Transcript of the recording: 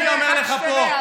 זה לא משנה,